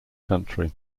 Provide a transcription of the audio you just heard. country